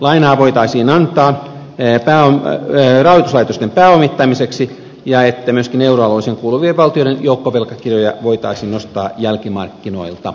lainaa voitaisiin antaa rahoituslaitosten pääomittamiseksi ja myöskin euroalueeseen kuuluvien valtioiden joukkovelkakirjoja voitaisiin nostaa jälkimarkkinoilta